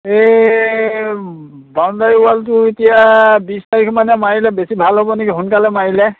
এই বাউণ্ডাৰী ৱালটো এতিয়া বিছ তাৰিখ মানে মাৰিলে বেছি ভাল হ'ব নেকি সোনকালে মাৰিলে